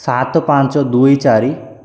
ସାତ ପାଞ୍ଚ ଦୁଇ ଚାରି